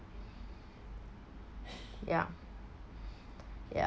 yeah yeah